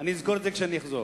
אני אזכור את זה כשאני אחזור.